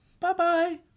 Bye-bye